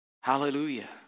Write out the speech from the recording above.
Hallelujah